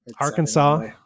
arkansas